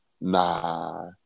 Nah